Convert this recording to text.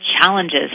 challenges